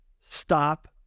Stop